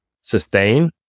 sustain